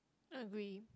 agree